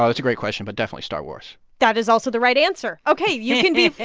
oh, that's a great question, but definitely star wars. that is also the right answer. ok, you can be.